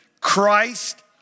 Christ